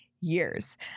years